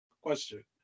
question